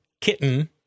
kitten